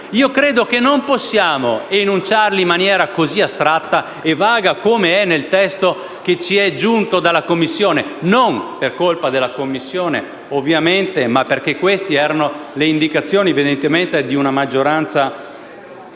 Io credo che non possiamo enunciarli in maniera così astratta e vaga, come è nel testo che ci è giunto dalla Commissione (non per colpa della Commissione, ovviamente, ma perché queste erano le indicazioni evidentemente di una maggioranza